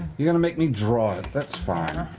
you're gonna make me draw it? that's fine.